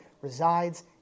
resides